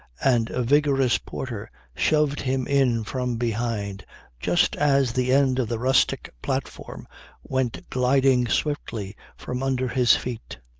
and a vigorous porter shoved him in from behind just as the end of the rustic platform went gliding swiftly from under his feet.